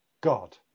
God